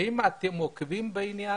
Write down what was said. האם אתם עוקבים אחרי זה?